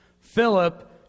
Philip